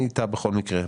אני איתה בכל מקרה.